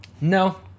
No